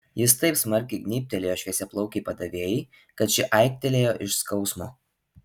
jis taip smarkiai gnybtelėjo šviesiaplaukei padavėjai kad ši aiktelėjo iš skausmo